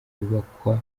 yubakwa